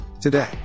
Today